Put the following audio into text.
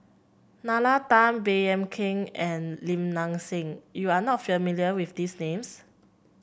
Nalla Tan Baey Yam Keng and Lim Nang Seng you are not familiar with these names